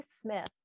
Smith